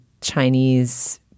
Chinese